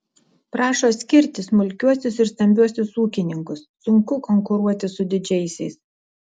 prašo skirti smulkiuosius ir stambiuosius ūkininkus sunku konkuruoti su didžiaisiais